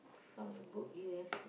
from the book you have